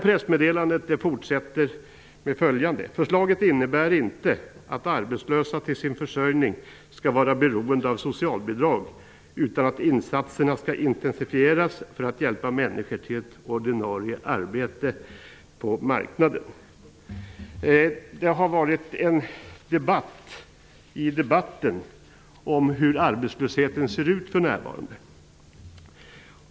Pressmeddelandet fortsätter: ''Förslaget innebär inte att arbetslösa för sin försörjning skall vara beroende av socialbidrag utan att insatserna skall intensifieras för att hjälpa människor till ett arbete på ordinarie arbetsmarknad.'' Det har förts en debatt i debatten om hur arbetslösheten ser ut för närvarande.